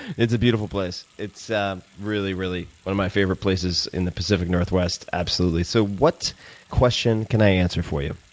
it's a beautiful place. it's really, really one of my favorite places in the pacific northwest, absolutely. so what question can i answer for you?